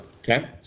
Okay